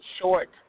short